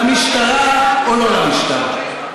למשטרה או לא למשטרה?